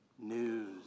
News